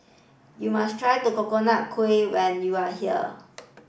you must try Coconut Kuih when you are here